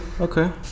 okay